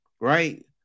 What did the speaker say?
right